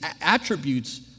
attributes